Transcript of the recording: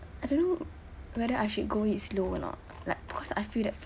I don't know whether I should go it slow or not like because I feel that